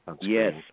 Yes